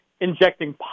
injecting